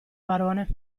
barone